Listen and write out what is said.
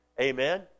Amen